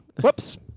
Whoops